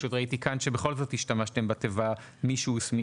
וראיתי כאן שבכל זאת השתמשתם בתיבה: "מי שהסמיכו לכך".